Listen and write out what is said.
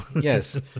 Yes